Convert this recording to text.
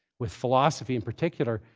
with philosophy in particular,